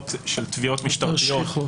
עבירות של תביעות משטרתיות,